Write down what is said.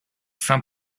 saint